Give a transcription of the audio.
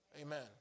Amen